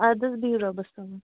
اَدٕ حظ بِہِو رۄبس حوال